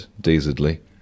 dazedly